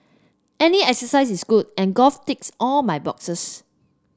any exercise is good and golf ticks all my boxes